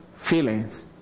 feelings